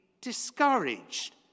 discouraged